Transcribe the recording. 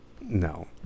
no